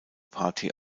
party